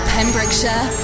Pembrokeshire